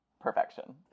Perfection